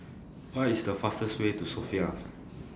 What IS The fastest Way to Sofia